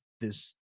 this-